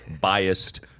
biased